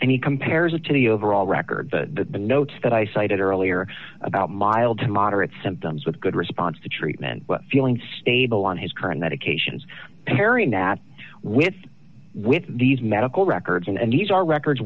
he compares it to the overall record the notes that i cited earlier about mild to moderate symptoms with good response to treatment feeling stable on his current medications pairing that with with these medical records and these are records